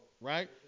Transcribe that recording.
right